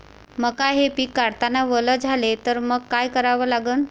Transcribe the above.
मका हे पिक काढतांना वल झाले तर मंग काय करावं लागन?